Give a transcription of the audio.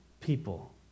people